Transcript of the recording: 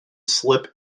slip